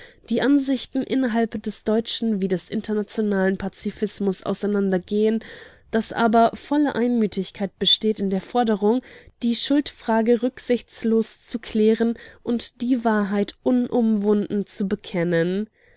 die ansichten innerhalb des deutschen wie des internationalen pazifismus auseinandergehen daß aber volle einmütigkeit besteht in der forderung die schuldfrage rücksichtslos zu klären und die wahrheit unumwunden zu bekennen